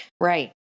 Right